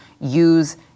use